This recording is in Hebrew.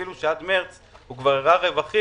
ואפילו שעד מרץ הוא כבר הראה רווחים,